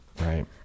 Right